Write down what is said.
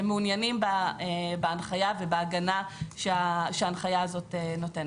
הם מעוניינים בהנחיה ובהגנה שההנחיה הזאת נותנת.